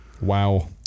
Wow